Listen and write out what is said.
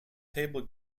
table